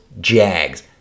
Jags